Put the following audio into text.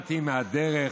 השתכנעתי מהדרך,